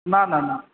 না না না